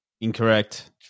Incorrect